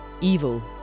Evil